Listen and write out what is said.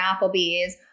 Applebee's